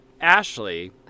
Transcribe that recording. ashley